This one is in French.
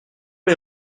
les